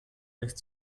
lässt